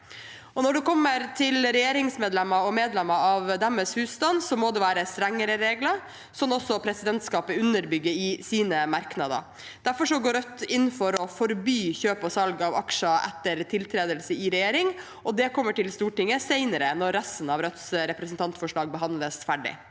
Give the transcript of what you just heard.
Når det gjelder regjeringsmedlemmer og medlemmer av deres husstand, må det være strengere regler, som også presidentskapet underbygger i sine merknader. Derfor går Rødt inn for å forby kjøp og salg av aksjer etter tiltredelse i regjering. Det kommer til Stortinget senere, når resten av Rødts representantforslag behandles ferdig.